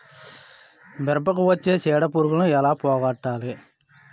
మిరపకు వచ్చే చిడపురుగును ఏల పోగొట్టాలి?